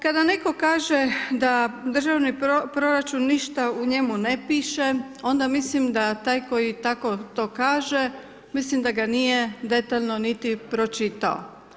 Kada netko kaže, da državni proračun, ništa u njemu ne piše, onda mislim da taj koji tako to kaže, mislim da ga nije detaljno niti pročitao.